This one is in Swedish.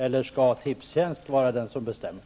Eller är det Tipstjänst som skall bestämma?